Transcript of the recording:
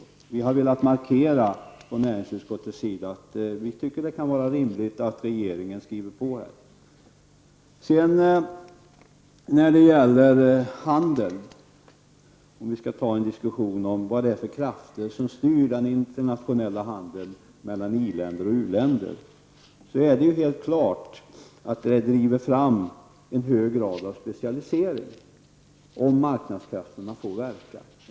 Från näringsutskottet sida har vi velat markera att vi tycker att det kan vara rimligt att regeringen skriver på det. Om vi skall ta en diskussion om vilka krafter som styr den internationella handeln mellan i-länder och u-länder är det helt klart att om marknadskrafterna får verka så driver det fram en hög grad av specialisering.